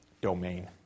domain